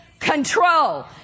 Control